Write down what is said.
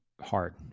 hard